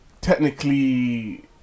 technically